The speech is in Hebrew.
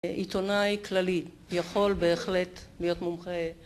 עיתונאי כללי יכול בהחלט להיות מומחה